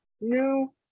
new